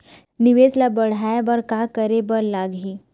निवेश ला बढ़ाय बर का करे बर लगही?